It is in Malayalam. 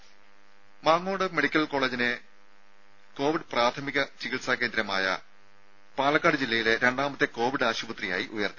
രംഭ മങ്ങോട് മെഡിക്കൽ കോളേജിനെ കോവിഡ് പ്രാഥമിക ചികിത്സാ കേന്ദ്രമായ പാലക്കാട് ജില്ലയിലെ രണ്ടാമത്തെ കോവിഡ് ആശുപത്രിയായി ഉയർത്തി